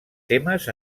temes